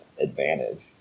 advantage